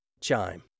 Chime